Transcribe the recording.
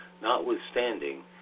notwithstanding